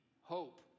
hope